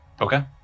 Okay